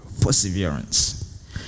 perseverance